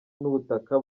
n’ubutaka